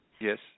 Yes